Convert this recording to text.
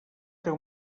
teu